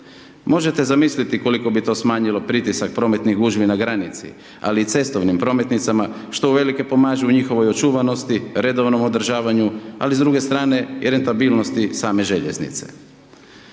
Možete zamisliti koliko bi to smanjio pritisak prometnih gužvi na granici, ali i cestovnim prometnicima, što uvelike pomažu u njihovoj očuvanosti, redovnom održavanju, ali s druge strane i rentabilnosti same željeznice.